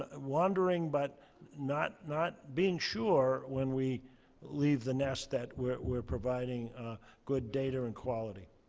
ah wandering, but not not being sure when we leave the nest that we're providing good data and quality.